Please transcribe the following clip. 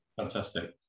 fantastic